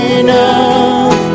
enough